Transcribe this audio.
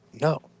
No